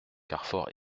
carfor